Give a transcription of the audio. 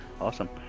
Awesome